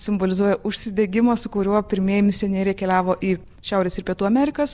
simbolizuoja užsidegimą su kuriuo pirmieji misionieriai keliavo į šiaurės ir pietų amerikas